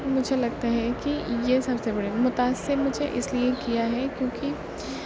مجھے لگتا ہے کہ یہ سب سے بڑے متاثر مجھے اس لیے کیا ہے کیونکہ